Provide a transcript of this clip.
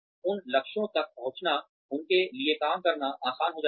उन लक्ष्यों तक पहुँचना उनके लिए काम करना आसान हो जाता है